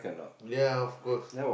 ya of course